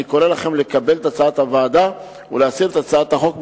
אני קורא לכם לקבל את הצעת הוועדה ולהסיר את הצעת החוק מסדר-היום.